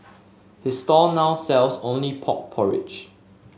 his stall now sells only pork porridge